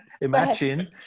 imagine